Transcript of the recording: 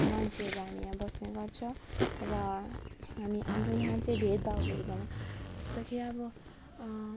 मान्छेहरू हामी यहाँ बस्ने गर्छौँ र हामी हाम्रो यहाँ चाहिँ भेदभाव भेटिँदैन जस्तो कि अब